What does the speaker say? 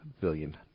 billion